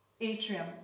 atrium